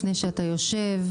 לפני שאתה יושב,